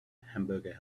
hamburger